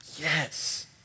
Yes